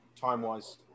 time-wise